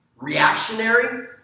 reactionary